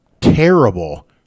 terrible